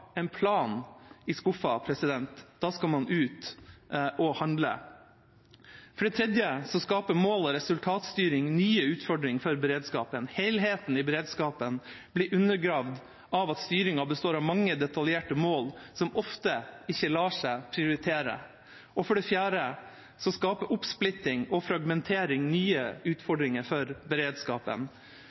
en plan i skuffen. Da skal man ut og handle. For det tredje skaper mål- og resultatstyring nye utfordringer for beredskapen. Helheten i beredskapen blir undergravd av at styringen består av mange detaljerte mål som ofte ikke lar seg prioritere. For det fjerde skaper oppsplitting og fragmentering nye utfordringer for beredskapen.